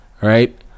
right